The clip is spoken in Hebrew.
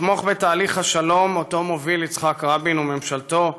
לתמוך בתהליך השלום שאותו מובילים יצחק רבין וממשלתו,